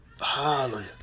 Hallelujah